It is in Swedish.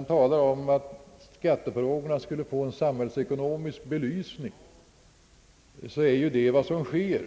av talet om att vi borde få till stånd en samhällsekonomisk belysning av skattefrågorna framhålla, att detta också verkligen är vad som sker.